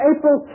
April